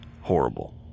horrible